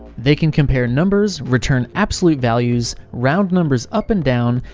they can compare numbers, return absolute values, round numbers up and down,